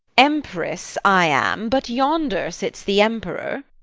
empress i am, but yonder sits the emperor.